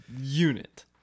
unit